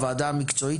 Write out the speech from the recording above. הוועדה המקצועית,